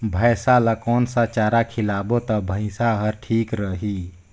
भैसा ला कोन सा चारा खिलाबो ता भैंसा हर ठीक रही?